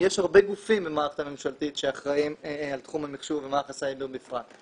הרבה גופים במערכת הממשלתית שאחראים על תחום המחשוב ומערך הסייבר בפרט,